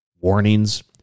warnings